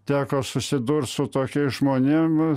teko susidurt su tokiais žmonėm